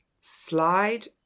slide